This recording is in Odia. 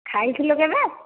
ଖାଇଥିଲ କେବେ